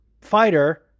fighter